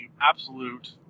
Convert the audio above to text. absolute